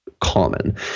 common